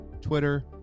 Twitter